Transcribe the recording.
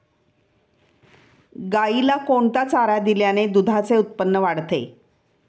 गाईला कोणता चारा दिल्याने दुधाचे उत्पन्न वाढते?